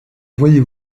voyez